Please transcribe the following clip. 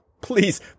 Please